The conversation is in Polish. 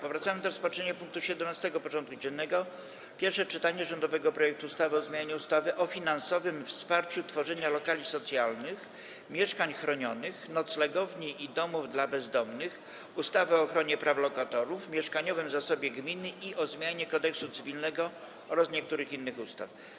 Powracamy do rozpatrzenia punktu 17. porządku dziennego: Pierwsze czytanie rządowego projektu ustawy o zmianie ustawy o finansowym wsparciu tworzenia lokali socjalnych, mieszkań chronionych, noclegowni i domów dla bezdomnych, ustawy o ochronie praw lokatorów, mieszkaniowym zasobie gminy i o zmianie Kodeksu cywilnego oraz niektórych innych ustaw.